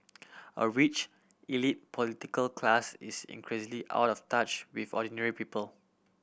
a rich elite political class is increasingly out of touch with ordinary people